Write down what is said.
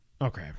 Okay